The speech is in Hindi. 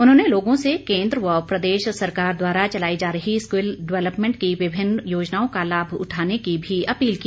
उन्हॉने लोगों से केंद्र व प्रदेश सरकार द्वारा चलाई जा रही स्किल डेवलपमेंट की विभिन्न योजनाओं का लाम उठाने की भी अपील की